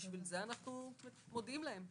ולכן אנחנו מודיעים להם.